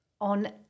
on